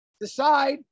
Decide